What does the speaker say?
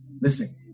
Listen